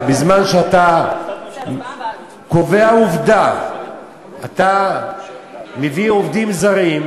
אבל בזמן שאתה קובע עובדה ואתה מביא עובדים זרים,